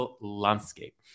landscape